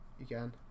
again